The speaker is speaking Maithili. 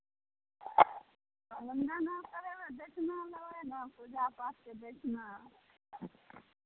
तऽ मुण्डनो करयबै दक्षिणो लेबै ने पूजापाठके दक्षिणा